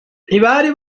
ntibari